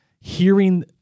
hearing